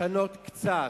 לשנות קצת,